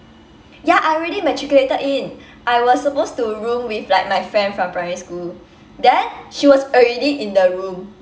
ya I already matriculated in I was supposed to room with like my friend from primary school then she was already in the room